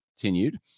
continued